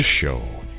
show